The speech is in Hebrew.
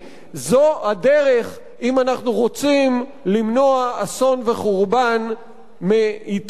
אם אנחנו רוצים למנוע אסון וחורבן מאתנו ומשכנינו כאחד.